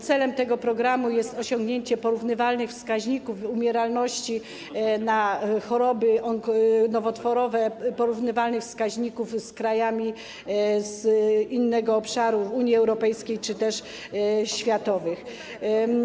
Celem tego programu jest osiągnięcie wskaźników umieralności na choroby nowotworowe porównywalnych z wskaźnikami z krajów z innego obszaru Unii Europejskiej czy też światowymi.